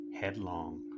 headlong